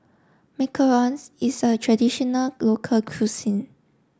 Macarons is a traditional local cuisine